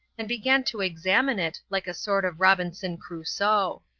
and began to examine it like a sort of robinson crusoe.